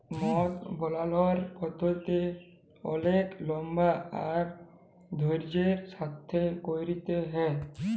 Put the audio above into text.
মদ বালালর পদ্ধতি অলেক লম্বা আর ধইর্যের সাথে ক্যইরতে হ্যয়